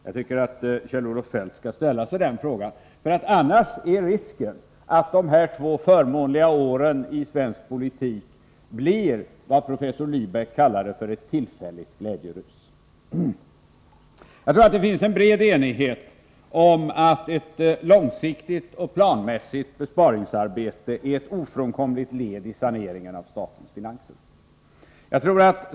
Jag tycker att Kjell-Olof Feldt skall ställa sig den frågan, annars är risken att de här två förmånliga åren i svensk politik blir vad professor Lybeck kallade för ett ”tillfälligt glädjerus”. Jag tror att det råder bred enighet om att ett långsiktigt och planmässigt besparingsarbete är ett ofrånkomligt led i saneringen av statens finanser.